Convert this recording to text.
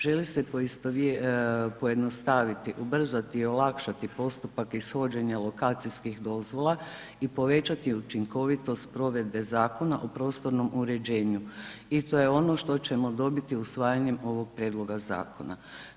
Želi se pojednostaviti, ubrzati, olakšati postupak ishođenja lokacijskih dozvola i povećati učinkovitost provedbe Zakona o prostornom uređenju i to je ono što ćemo dobiti usvajanjem ovog prijedloga zakona.